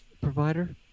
provider